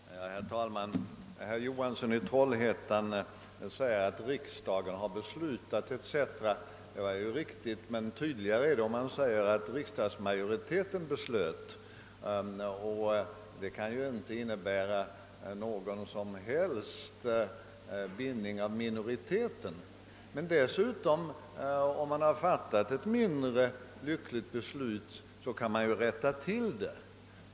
Herr talman! Herr Johansson i Trollhättan säger att riksdagen har beslutat etc. Det är ju i och för sig riktigt, men det blir tydligare om han säger att riksdagsmajoriteten beslöt... Beslutet kan ju inte innebära någon som helst bindning av minoriteten. Om flertalet har fattat ett mindre lyckligt beslut har man för övrigt nu möjlighet att rätta till det.